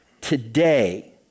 today